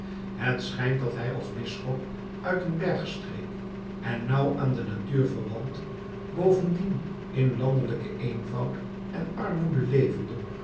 het schijnt dat hij als bisschop uit een bergstreek en nauw aan de natuur verwant bovendien in landelijken eenvoud en armoede levende